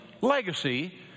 legacy